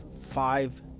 five